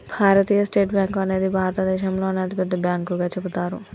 భారతీయ state bank అనేది భారతదేశంలోనే అతిపెద్ద బ్యాంకుగా చెబుతారు